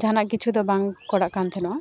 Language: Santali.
ᱡᱟᱦᱟᱱᱟᱜ ᱠᱤᱪᱷᱩ ᱫᱚ ᱵᱟᱝ ᱠᱚᱨᱟᱜ ᱠᱟᱱ ᱛᱟᱦᱮᱱᱚᱜᱼᱟ